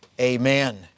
Amen